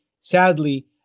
Sadly